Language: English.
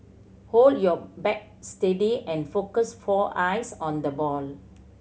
hold your bat steady and focus for eyes on the ball